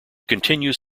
continues